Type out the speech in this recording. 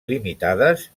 limitades